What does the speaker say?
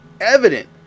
evident